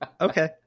Okay